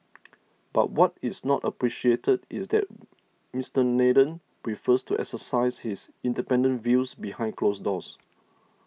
but what is not appreciated is that Mister Nathan prefers to exercise his independent views behind closed doors